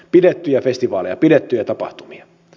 pidettyjä festivaaleja pidettyjä tapahtumia